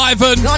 Ivan